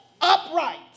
upright